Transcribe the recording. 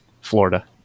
Florida